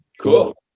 cool